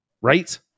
right